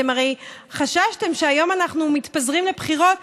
אתם הרי חששתם שהיום אנחנו מתפזרים לבחירות,